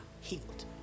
healed